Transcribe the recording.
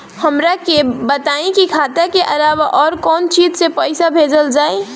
हमरा के बताई की खाता के अलावा और कौन चीज से पइसा भेजल जाई?